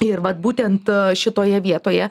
ir vat būtent šitoje vietoje